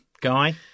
Guy